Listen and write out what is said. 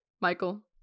Michael